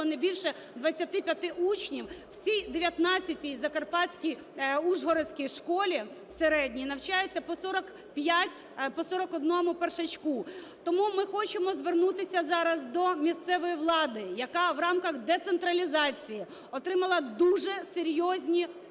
не більше 25 учнів, в цій 19 закарпатській Ужгородській школі середній навчається по 45, по 41 першачку. Тому ми хочемо звернутися зараз до місцевої влади, яка в рамках децентралізації отримала дуже серйозні кошти,